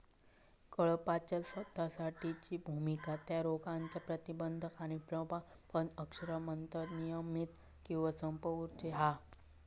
कळपाच्या स्वास्थ्यासाठीची भुमिका त्या रोगांच्या प्रतिबंध आणि प्रबंधन अक्षमतांका नियंत्रित किंवा संपवूची हा